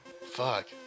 Fuck